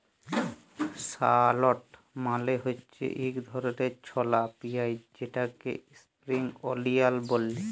shallot মালে হছে ইক ধরলের ছলা পিয়াঁইজ যেটাকে ইস্প্রিং অলিয়াল ব্যলে